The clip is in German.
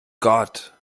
gott